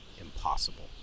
impossible